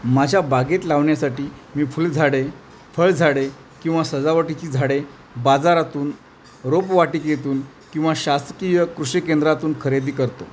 माझ्या बागेत लावण्यासाठी मी फुलझाडे फळ झाडे किंवा सजावटीची झाडे बाजारातून रोप वाटिकेतून किंवा शासकीय कृषी केंद्रातून खरेदी करतो